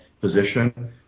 position